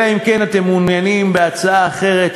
אלא אם כן אתם מעוניינים בהצעה אחרת,